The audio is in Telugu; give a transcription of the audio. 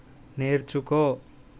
నేర్చుకో